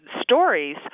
stories